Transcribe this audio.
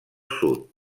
sud